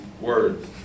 words